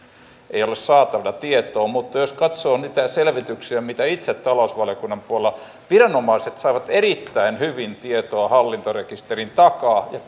ei ollut saatavilla tietoa mutta jos katsoo niitä selvityksiä mitä itse talousvaliokunnan puolella saan viranomaiset saavat erittäin hyvin tietoa hallintarekisterin takaa